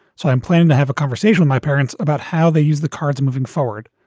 so i am planning to have a conversation, my parents, about how they use the cards moving forward.